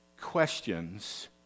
questions